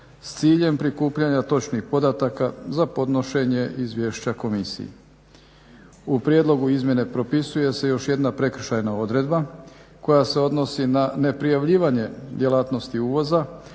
s ciljem prikupljanja točnih podataka za podnošenje izvješća komisije. U prijedlogu izmjene propisuje se još jedna prekršajna odredba koja se odnosi na neprijavljivanje djelatnosti uvoza,